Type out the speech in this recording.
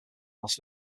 las